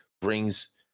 brings